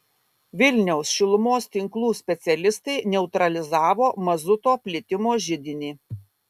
vilniaus šilumos tinklų specialistai neutralizavo mazuto plitimo židinį